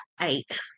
eight